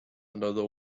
another